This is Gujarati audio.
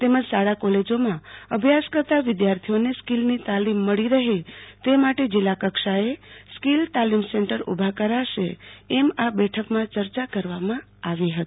તેમજ શાળા કોલેજોમાં અભ્યાસ કરતા વિદ્યાર્થીઓને સ્કીલની તાલીમ મળી રહે તે માટે જિલ્લા કક્ષાએ સ્કીલ તાલીમ ઉભા કરાશે એમ આ બેઠકમાં ચર્ચા કરવામાં આવી હતી